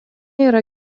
yra